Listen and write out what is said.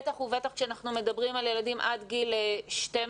בטח ובטח כשאנחנו מדברים על ילדים עד גיל 12,